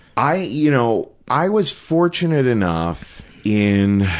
i, you know, i was fortunate enough in,